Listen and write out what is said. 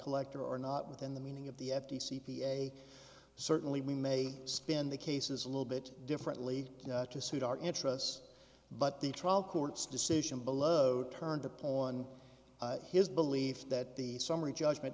collector or not within the meaning of the f t c p a a certainly we may spin the cases a little bit differently to suit our interests but the trial court's decision below turned the poison his belief that the summary judgment